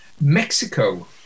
Mexico